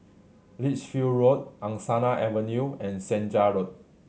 Lichfield Road Angsana Avenue and Senja Road